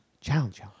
challenge